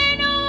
no